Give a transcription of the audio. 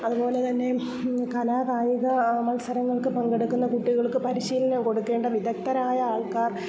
അതുപോലെതന്നെ കലാകായിക മത്സരങ്ങൾക്ക് പങ്കെടുക്കുന്ന കുട്ടികൾക്ക് പരിശീലനം കൊടുക്കേണ്ട വിദഗ്ധരായ ആൾക്കാർ